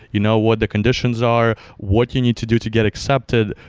you know what the conditions are. what you need to do to get accepted,